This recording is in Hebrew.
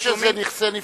איך קבעו שזה נכסי נפקדים?